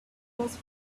was